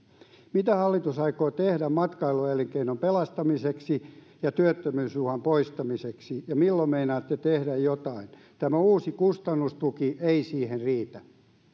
mitä hallitus aikoo tehdä matkailuelinkeinon pelastamiseksi ja työttömyysuhan poistamiseksi ja milloin meinaatte tehdä jotain tämä uusi kustannustuki ei siihen riitä